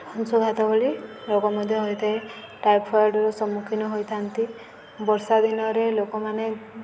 ଅଂଶୁଘାତ ଭଳି ରୋଗ ମଧ୍ୟ ହୋଇଥାଏ ଟାଇଫଏଡ଼୍ର ସମ୍ମୁଖୀନ ହୋଇଥାନ୍ତି ବର୍ଷା ଦିନରେ ଲୋକମାନେ